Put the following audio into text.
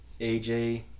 AJ